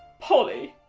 polly,